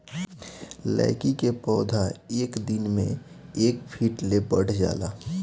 लैकी के पौधा एक दिन मे एक फिट ले बढ़ जाला